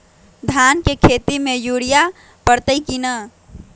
धान के खेती में यूरिया परतइ कि न?